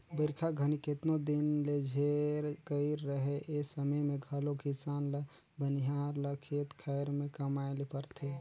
बरिखा घनी केतनो दिन ले झेर कइर रहें ए समे मे घलो किसान ल बनिहार ल खेत खाएर मे कमाए ले परथे